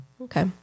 Okay